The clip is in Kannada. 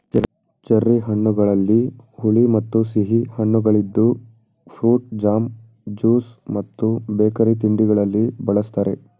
ಚೆರ್ರಿ ಹಣ್ಣುಗಳಲ್ಲಿ ಹುಳಿ ಮತ್ತು ಸಿಹಿ ಕಣ್ಣುಗಳಿದ್ದು ಫ್ರೂಟ್ ಜಾಮ್, ಜ್ಯೂಸ್ ಮತ್ತು ಬೇಕರಿ ತಿಂಡಿಗಳಲ್ಲಿ ಬಳ್ಸತ್ತರೆ